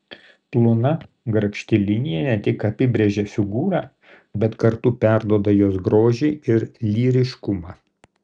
plona grakšti linija ne tik apibrėžia figūrą bet kartu perduoda jos grožį ir lyriškumą